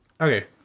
Okay